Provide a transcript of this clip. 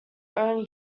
own